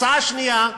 הצעה שנייה,